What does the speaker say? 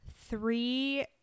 three